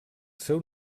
seu